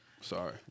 Sorry